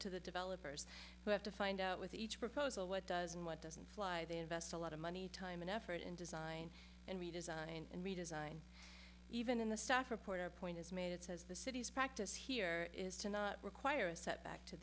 to the developers who have to find out with each proposal what does and what doesn't fly they invest a lot of money time and effort and design and redesign and redesign even in the staff report our point is made it says the city's practice here is to not require a set back to